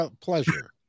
pleasure